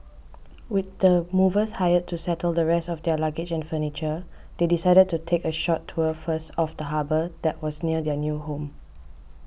with the movers hired to settle the rest of their luggage and furniture they decided to take a short tour first of the harbour that was near their new home